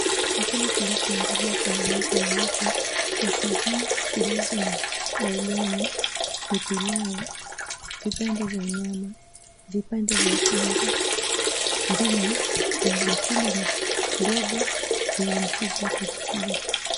Chakula kilichoandaliwa kwenye meza nyeupe kwa sahani zilizo na nailoni ni pialau, vipande vya nyama, vipande vya tango, ndimu na bakuli ndogo yenye mchuzi wa pilipili.